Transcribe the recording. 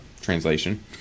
translation